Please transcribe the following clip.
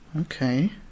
okay